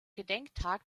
gedenktag